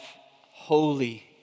holy